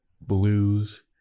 blues